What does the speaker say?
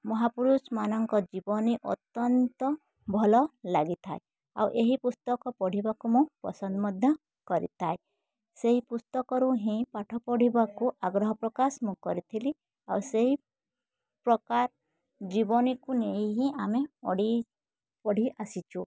ମହାପୁରୁଷମାନଙ୍କ ଜୀବନୀ ଅତ୍ୟନ୍ତ ଭଲ ଲାଗିଥାଏ ଆଉ ଏହି ପୁସ୍ତକ ପଢ଼ିବାକୁ ମୁଁ ପସନ୍ଦ ମଧ୍ୟ କରିଥାଏ ସେହି ପୁସ୍ତକରୁ ହିଁ ପାଠ ପଢ଼ିବାକୁ ଆଗ୍ରହ ପ୍ରକାଶ ମୁଁ କରିଥିଲି ଆଉ ସେହି ପ୍ରକାର ଜୀବନୀକୁ ନେଇ ହିଁ ଆମେ ଅଡ଼ି ପଢ଼ି ଆସିଛୁ